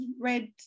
read